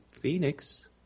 Phoenix